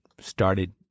started